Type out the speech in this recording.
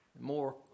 more